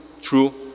true